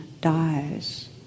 dies